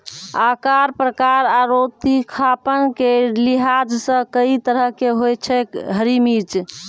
आकार, प्रकार आरो तीखापन के लिहाज सॅ कई तरह के होय छै हरी मिर्च